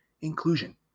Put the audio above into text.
inclusion